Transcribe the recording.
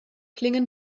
klingen